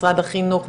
משרד החינוך,